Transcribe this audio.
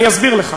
אני אסביר לך,